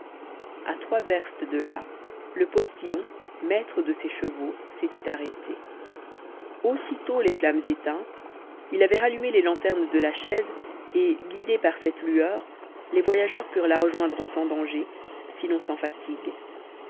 a trois verstes de là le postillon maître de ses chevaux s'était arrêté aussitôt les flammes éteintes il levait rallumé les lanternes de la chaise et guidés par cette lueur les voyageurs purent la rejoindre sans danger sinon sans fatigue